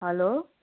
hello